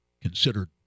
considered